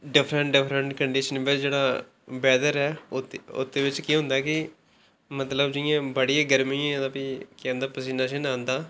different different condition बिच जेह्ड़ा weather ऐ उत्त बिच केह् होंदा की मतलब जि'यां बड़ी गर्मी ऐ ते प्ही की के होंदा पसीना औंदा